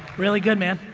really good, man.